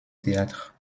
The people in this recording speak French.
théâtre